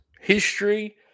History